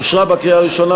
אושרה בקריאה ראשונה.